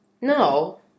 No